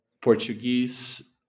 Portuguese